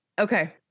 okay